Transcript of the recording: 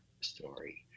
story